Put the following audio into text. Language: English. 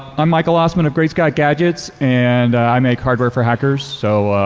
i'm michael ossmann of great scott gadgets and i make hardware for hackers. so